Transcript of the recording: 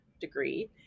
degree